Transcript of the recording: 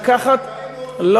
מקבלים את השירותים, באים הורסים.